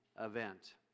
event